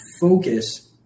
focus